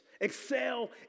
Excel